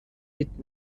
mit